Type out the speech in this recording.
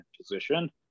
position